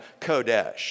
Kodesh